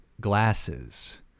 Glasses